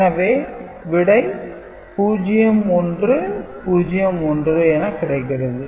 எனவே விடை 0101 என கிடைக்கிறது